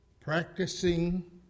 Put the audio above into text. practicing